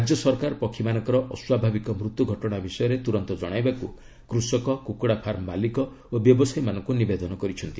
ରାଜ୍ୟ ସରକାର ପକ୍ଷୀମାନଙ୍କର ଅସ୍ୱାଭାବିକ ମୃତ୍ୟୁ ଘଟଣା ବିଷୟରେ ତୁରନ୍ତ କଣାଇବାକୁ କୃଷକ କୁକୁଡ଼ା ଫାର୍ମ ମାଲିକ ଓ ବ୍ୟବସାୟୀମାନଙ୍କୁ ନିବେଦନ କରିଛନ୍ତି